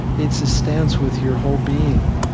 it's a stance with your whole being